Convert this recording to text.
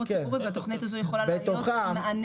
הציבורי והתוכנית הזאת יכולה לתת להם מענה.